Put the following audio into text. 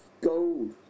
gold